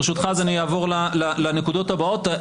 ברשותך, אני אעבור לנקודות הבאות.